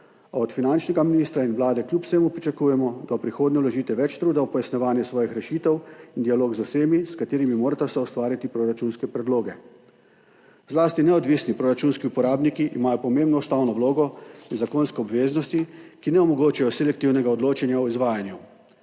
a od finančnega ministra in vlade kljub vsemu pričakujemo, da v prihodnje vložite več truda v pojasnjevanje svojih rešitev in dialog z vsemi, s katerimi morata soustvariti proračunske predloge. Zlasti neodvisni proračunski uporabniki imajo pomembno ustavno vlogo in zakonske obveznosti, ki ne omogočajo selektivnega odločanja o izvajanju.